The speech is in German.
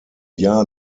jahr